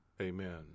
amen